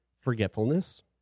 forgetfulness